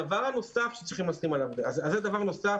זה דבר נוסף